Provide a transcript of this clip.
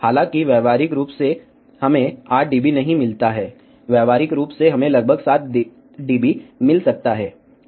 हालांकि व्यावहारिक रूप से हमें 8 डीबी नहीं मिलता है व्यावहारिक रूप से हमें लगभग 7 डीबी मिल सकता है